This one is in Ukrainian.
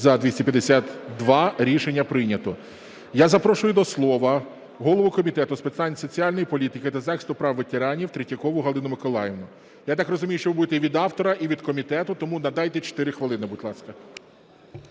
За-252 Рішення прийнято. Я запрошую до слова голову Комітету з питань соціальної політики та захисту прав ветеранів Третьякову Галину Миколаївну. Я так розумію, що ви будете і від автора, і від комітету. Тому надайте 4 хвилини, будь ласка.